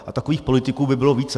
A takových politiků by bylo více.